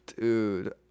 Dude